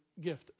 gift